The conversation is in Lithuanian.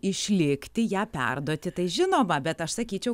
išlikti ją perduoti tai žinoma bet aš sakyčiau